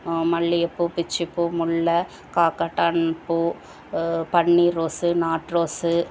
மல்லிகைப்பூ பிச்சிப்பூ முல்லை காக்காட்டான் பூ பன்னீர் ரோஸ்ஸு நாட்ரோஸ்ஸு